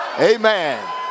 Amen